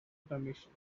permission